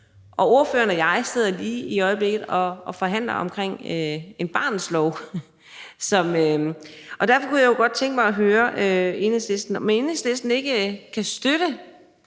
Ordføreren og jeg sidder lige i øjeblikket forhandler om barnets lov, og derfor kunne jeg jo godt tænke mig at høre Enhedslisten, om Enhedslisten ikke kan støtte,